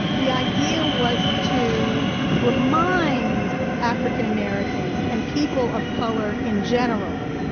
the idea was to remind african-americans, and people of color in general,